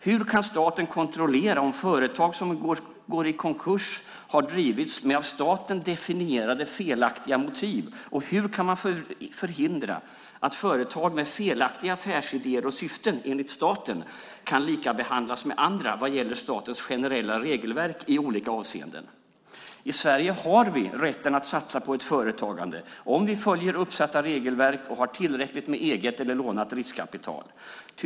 Hur kan staten kontrollera om företag som går i konkurs har drivits med av staten definierade felaktiga motiv, och hur kan man förhindra att företag med felaktiga affärsidéer och syften, enligt staten, kan behandlas som andra vad gäller statens generella regelverk i olika avseenden? I Sverige har vi rätten att satsa på företagande om vi följer regelverken och har tillräckligt med eget eller lånat riskkapital.